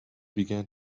began